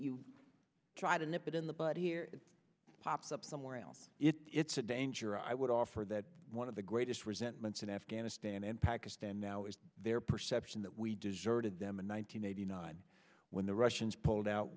try to nip it in the bud here it pops up somewhere else it's a danger i would offer that one of the greatest resentments in afghanistan and pakistan now is their perception that we deserted them in one thousand nine hundred nine when the russians pulled out